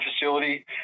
facility